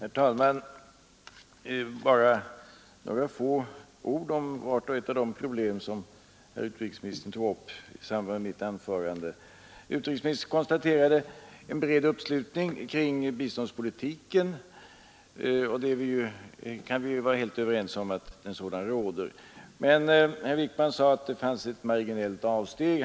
Herr talman! Bara några få ord om vart och ett av de problem som utrikesministern tog upp i samband med mitt anförande. Utrikesministern konstaterade en bred uppslutning kring biståndspolitiken, och vi kan vara helt överens om att en sådan råder. Men herr Wickman sade att det förelåg ett undantag.